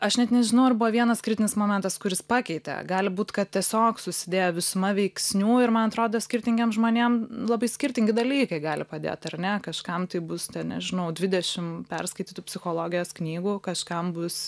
aš net nežinau ar buvo vienas kritinis momentas kuris pakeitė gali būt kad tiesiog susidėjo visuma veiksnių ir man atrodo skirtingiem žmonėm labai skirtingi dalykai gali padėt ar ne kažkam tai bus nežinau dvidešim perskaitytų psichologijos knygų kažkam bus